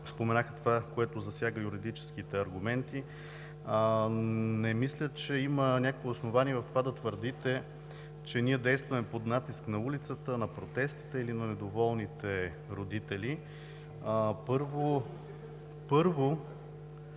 споменаха това, което засяга юридическите аргументи. Не мисля, че има някакво основание в това да твърдите, че ние действаме под натиск на улицата, на протестите или на недоволните родители. Първо,